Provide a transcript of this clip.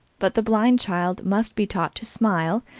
but the blind child must be taught to smile,